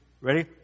Ready